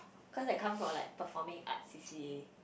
cause I come from like performing art C_C_A